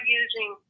using